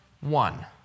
one